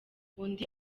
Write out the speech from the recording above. undi